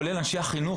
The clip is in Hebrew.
כולל עם אנשי החינוך,